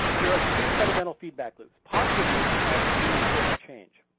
there are two fundamental feedback loops. positive loops act to reinforce change.